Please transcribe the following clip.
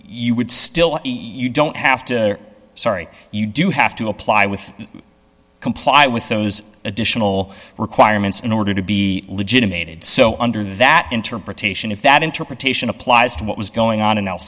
you would still you don't have to sorry you do have to apply with comply with those additional requirements in order to be legitimated so under that interpretation if that interpretation applies to what was going on in el